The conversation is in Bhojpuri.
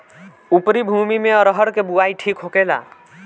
उपरी भूमी में अरहर के बुआई ठीक होखेला?